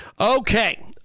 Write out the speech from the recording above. Okay